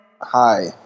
Hi